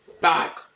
back